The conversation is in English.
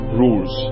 rules